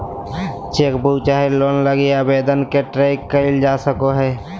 chequebook चाहे loan लगी आवेदन के ट्रैक क़इल जा सको हइ